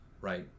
right